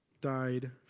died